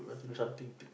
we want to do something